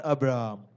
Abraham